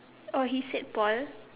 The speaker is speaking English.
oh he said Paul